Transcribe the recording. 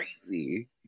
Crazy